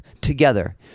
together